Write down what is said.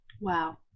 wow